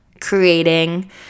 creating